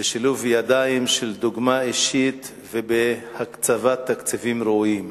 בשילוב ידיים של דוגמה אישית ובהקצבת תקציבים ראויים,